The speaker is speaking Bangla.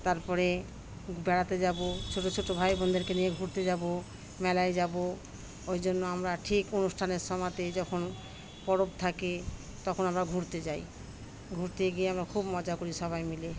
তারপরে বেড়াতে যাবো ছোটো ছোটো ভাই বোনদেরকে নিয়ে ঘুরতে যাবো মেলায় যাবো ওই জন্য আমরা ঠিক অনুষ্ঠানের সমাতে যখন পরব থাকে তখন আমরা ঘুরতে যাই ঘুরতে গিয়ে আমরা খুব মজা করি সবাই মিলে